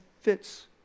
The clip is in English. fits